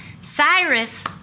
Cyrus